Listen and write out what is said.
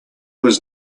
was